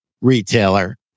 retailer